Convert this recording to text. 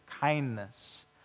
kindness